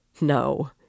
No